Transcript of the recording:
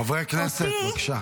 חברי הכנסת, בבקשה.